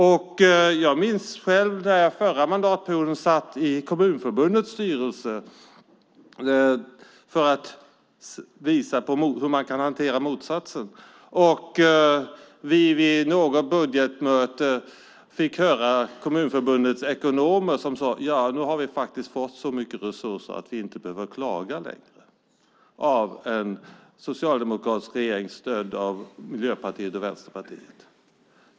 För att visa på motsatsen kan jag berätta att när jag under förra mandatperioden satt i Kommunförbundets styrelse fick vi vid något budgetmöte höra av Kommunförbundets ekonomer att man hade fått så mycket resurser av en socialdemokratisk regering, stödd av Miljöpartiet och Vänsterpartiet, att man inte behövde klaga längre.